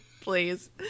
Please